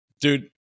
dude